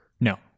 No